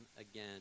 again